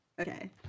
Okay